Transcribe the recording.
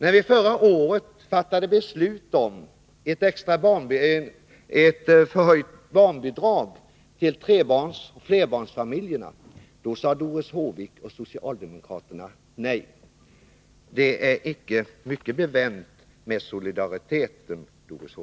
När vi förra året fattade beslut om en förhöjning av barnbidraget för flerbarnsfamiljerna sade Doris Håvik och socialdemokraterna i övrigt nej. Det är icke mycket bevänt med er solidaritet, Doris Håvik.